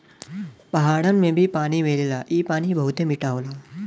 पहाड़न में भी पानी मिलेला इ पानी बहुते मीठा होला